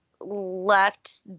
left